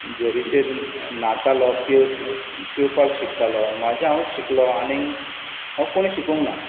झरीचेर न्हातालो पेंव पेंवपाक शिकतालो म्हाज्या हांवूच शिकलो आनीक म्हाका कोणे शिकोंकना